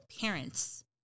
parents